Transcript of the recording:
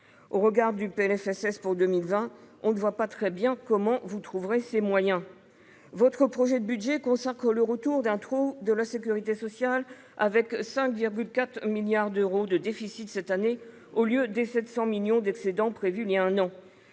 Au regard de ce PLFSS pour 2020, on ne voit pas très bien comment vous trouverez ces moyens. Votre projet de budget consacre le retour d'un trou de la sécurité sociale, avec 5,4 milliards d'euros de déficit cette année au lieu des 700 millions d'euros d'excédent prévus voilà un an.